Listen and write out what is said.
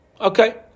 Okay